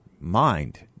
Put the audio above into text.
mind